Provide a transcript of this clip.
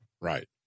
right